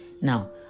now